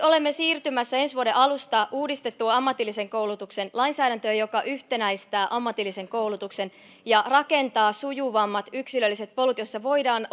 olemme siirtymässä ensi vuoden alusta uudistettuun ammatillisen koulutuksen lainsäädäntöön joka yhtenäistää ammatillisen koulutuksen ja rakentaa sujuvammat yksilölliset polut joissa voidaan